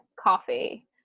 coffee